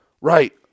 Right